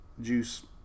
juice